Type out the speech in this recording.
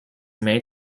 may